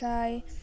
आमफ्राय